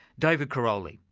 david karoly,